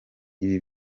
ibi